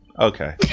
okay